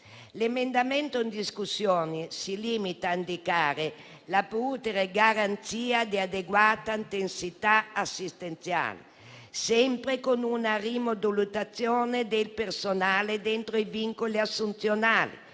L'emendamento in discussione si limita a indicare la garanzia di adeguata intensità assistenziale, sempre con una rimodulazione del personale dentro i vincoli assunzionali,